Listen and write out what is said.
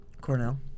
Cornell